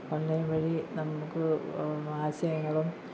online വഴി നമുക്ക് ആശയങ്ങളും